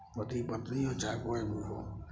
पति पत्नी हो चाहे कोइ भी हो